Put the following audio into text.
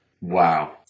Wow